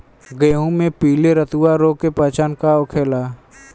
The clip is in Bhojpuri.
गेहूँ में पिले रतुआ रोग के पहचान का होखेला?